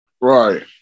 Right